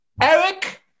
Eric